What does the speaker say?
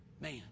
Man